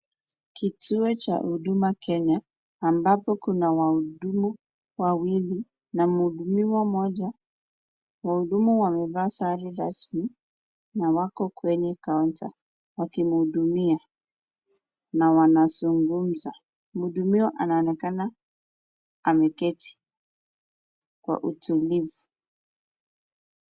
Kituo cha huduma kenya, ambapo kuna wahudumu wawili na muhudumiwa mmoja. Wahudumu wamevaa sare rasmi na wako kwenye [counter] wakimhudumia na wanazungumza. Mhudumiwa anaonekana ameketi kwa utulivu.